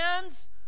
hands